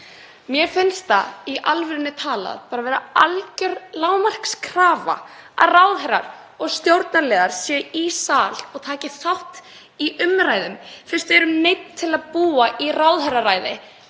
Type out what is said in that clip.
Mér finnst það í alvörunni talað vera algjör lágmarkskrafa að ráðherrar og stjórnarliðar séu í sal og taki þátt í umræðum fyrst við erum neydd til að búa við ráðherraræði